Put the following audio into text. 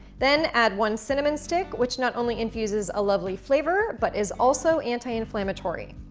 then add one cinnamon stick which not only infuses a lovely flavor but is also anti inflammatory.